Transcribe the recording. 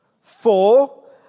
Four